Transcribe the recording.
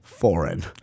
Foreign